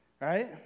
right